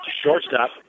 shortstop